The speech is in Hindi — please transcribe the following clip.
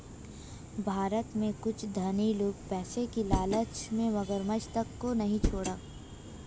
भारत में कुछ धनी लोग पैसे की लालच में मगरमच्छ तक को नहीं छोड़ा